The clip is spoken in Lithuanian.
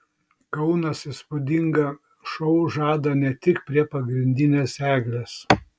kaunas įspūdingą šou žada ne tik prie pagrindinės eglės